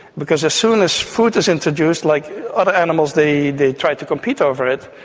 because as soon as food is introduced, like other animals, they they try to compete over it.